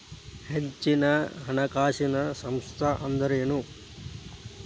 ಹೆಚ್ಚಿನ ಹಣಕಾಸಿನ ಸಂಸ್ಥಾ ಅಂದ್ರೇನು?